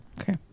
Okay